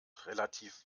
relativ